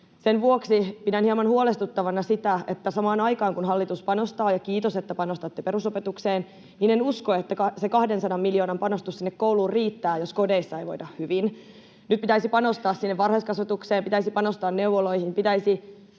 Sen vuoksi pidän hieman huolestuttavana sitä, että samaan aikaan, kun hallitus panostaa — ja kiitos, että panostatte — perusopetukseen... En usko, että se 200 miljoonan panostus sinne kouluun riittää, jos kodeissa ei voida hyvin. Nyt pitäisi panostaa sinne varhaiskasvatukseen, pitäisi panostaa neuvoloihin, pitäisi